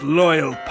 loyal